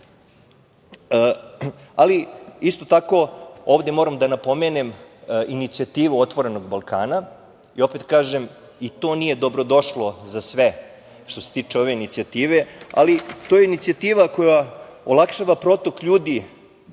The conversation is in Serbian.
Srbije. Moram ovde da napomenem inicijativu otvorenog Balkana. Opet kažem i to nije dobrodošlo za sve, što se tiče ove inicijative, ali to je inicijativa koja olakšava protok ljudi,